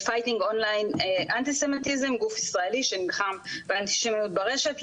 Fighting Online Antisemitism גוף ישראלי שנלחם באנטישמיות ברשת,